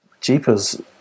jeepers